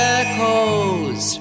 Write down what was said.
echoes